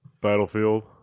Battlefield